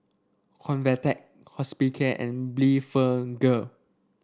Convatec Hospicare and Blephagel